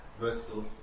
vertical